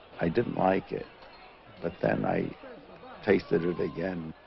i didn't like it but then i tasted it again